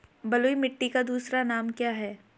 बलुई मिट्टी का दूसरा नाम क्या है?